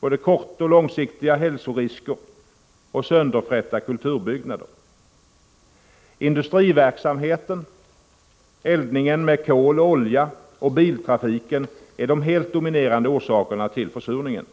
de kortoch långsiktiga hälsoriskerna och de sönderfrätta kulturbyggnaderna. Industriverksamheten, eldningen med kol och olja samt biltrafiken är de helt dominerande orsakerna till försurningen.